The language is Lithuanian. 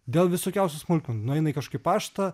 dėl visokiausių smulkmenų nueina į kažkokį paštą